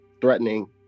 threatening